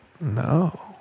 No